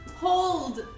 Hold